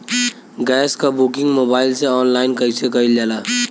Gas क booking mobile से online कईसे कईल जाला?